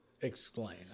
Explain